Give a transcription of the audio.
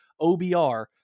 OBR